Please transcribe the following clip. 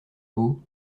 beau